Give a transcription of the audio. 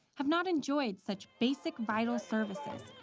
have not enjoyed such basic vital services.